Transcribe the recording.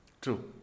True